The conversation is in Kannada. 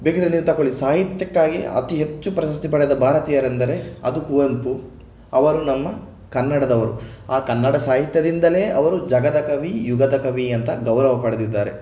ಬೇಕಿದ್ದರೆ ನೀವು ತಕೊಳಿ ಸಾಹಿತ್ಯಕ್ಕಾಗಿ ಅತಿ ಹೆಚ್ಚು ಪ್ರಶಸ್ತಿ ಪಡೆದ ಭಾರತೀಯರೆಂದರೆ ಅದು ಕುವೆಂಪು ಅವರು ನಮ್ಮ ಕನ್ನಡದವರು ಆ ಕನ್ನಡ ಸಾಹಿತ್ಯದಿಂದಲೇ ಅವರು ಜಗದ ಕವಿ ಯುಗದ ಕವಿ ಅಂತ ಗೌರವ ಪಡೆದಿದ್ದಾರೆ